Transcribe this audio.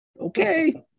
Okay